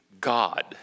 God